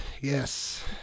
Yes